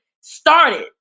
started